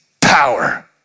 power